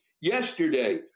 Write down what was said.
Yesterday